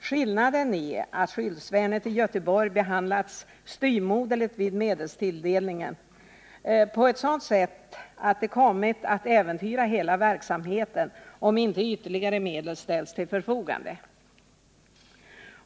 Skillnaden är att Skyddsvärnet i Göteborg har behandlats så styvmoderligt vid medelstilldelningen att hela verksamheten äventyras, om inte ytterligare medel ställs till förfogande.